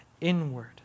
inward